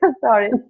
Sorry